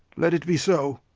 let it be so.